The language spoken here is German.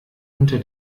unter